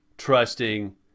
Trusting